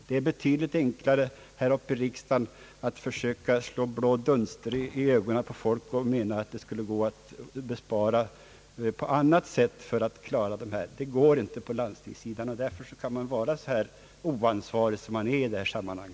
Det är betydligt enklare att här i riksdagen försöka slå blå dunster i ögonen på folk och göra gällande att det skulle vara möjligt att göra besparingar på annat sätt för att klara utgifterna. Det går inte på langstingssidan, och därför kan man vara så här oansvarig som man är i detta sammanhang.